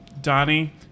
donnie